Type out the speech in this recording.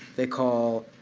they call